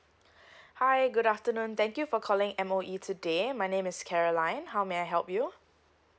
hi good afternoon thank you for calling M_O_E today my name is caroline how may I help you